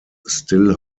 still